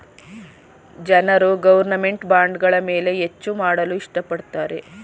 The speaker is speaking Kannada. ಜನರು ಗೌರ್ನಮೆಂಟ್ ಬಾಂಡ್ಗಳ ಮೇಲೆ ಹೆಚ್ಚು ಮಾಡಲು ಇಷ್ಟ ಪಡುತ್ತಾರೆ